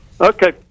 Okay